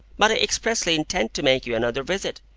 but i expressly intend to make you another visit.